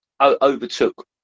overtook